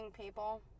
people